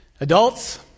Adults